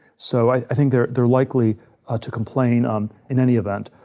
so i think they're they're likely to complain um in any event.